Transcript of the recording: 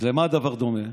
למה הדבר דומה?